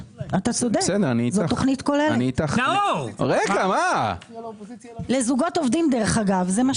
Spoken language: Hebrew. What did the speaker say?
מדובר על זוגות עובדים, דרך אגב.